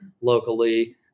locally